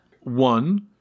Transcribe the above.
One